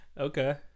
Okay